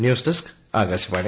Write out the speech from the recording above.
news desk Akashvani